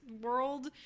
world